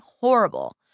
horrible